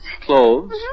Clothes